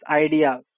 idea